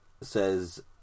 says